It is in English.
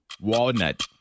Walnut